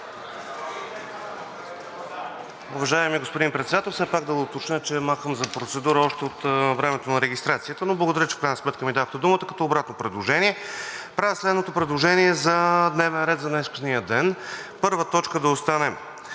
Уважаеми господин Председател, все пак да уточня, че махам за процедура още от времето на регистрацията, но благодаря, че в крайна сметка ми дадохте думата като обратно предложение. Правя следното предложение за дневен ред за днешния ден. Първа точка да остане